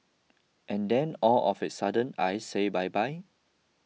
and then all of a sudden I say bye bye